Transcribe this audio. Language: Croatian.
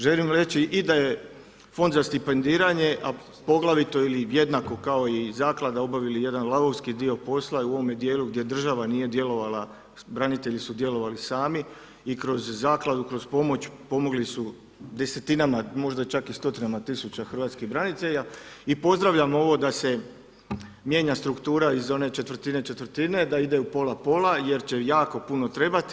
Želim reći i da je Fond za stipendiranje, a poglavito ili jednako kao i Zaklada obavili jedan lavovski dio posla i u ovome dijelu gdje država nije djelovala, branitelji su djelovali sami i kroz Zakladu, kroz pomoć pomogli su desetinama, možda čak i stotinama tisuća hrvatskih branitelja i pozdravljam ovo da se mijenja struktura iz one četvrtine-četvrtine, da ide pola-pola jer će jako puno trebati.